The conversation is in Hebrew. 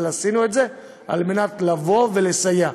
אבל עשינו את זה על מנת לבוא ולסייע.